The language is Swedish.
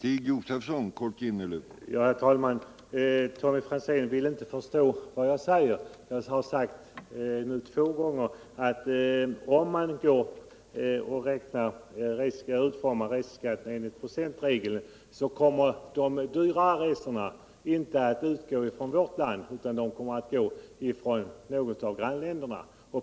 Herr talman! Tommy Franzén vill inte förstå vad jag säger. Jag har nu två gånger förklarat att om man tar ut reseskatten enligt en procentregel kommer de dyrare resorna inte att utgå från vårt land utan från något av grannländerna.